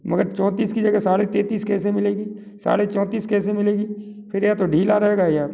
मगर चौंतीस की जगह साढ़े तैतीस कैसे मिलेगी साढ़े चौंतीस कैसे मिलेगी फिर या तो ढीला रहेगा या